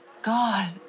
God